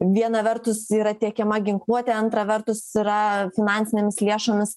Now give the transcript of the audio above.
viena vertus yra tiekiama ginkluotė antra vertus yra finansinėmis lėšomis